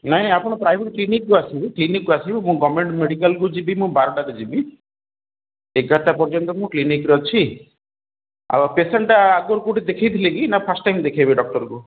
ନାଇଁ ଆପଣ ପ୍ରାଇଭେଟ୍ କ୍ଲିନିକ୍କୁ ଆସନ୍ତୁ କ୍ଲିନିକ୍କୁ ଆସିବେ ଏବଂ ଗଭର୍ଣ୍ଣମେଣ୍ଟ୍ ମେଡ଼ିକାଲକୁ ଯିବି ମୁଁ ବାରଟାରେ ଯିବି ଏଗାରଟା ପର୍ଯ୍ୟନ୍ତ ମୁଁ କ୍ଲିନିକ୍ରେ ଅଛି ଆଉ ପେସେଣ୍ଟ୍ଟା ଆଗରୁ କେଉଁଠି ଦେଖାଇ ଥିଲେ କି ନା ଫାଷ୍ଟ୍ ଟାଇମ୍ ଦେଖାଇବେ ଡକ୍ଟରଙ୍କୁ